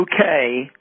okay